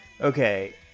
Okay